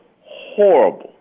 horrible